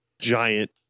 giant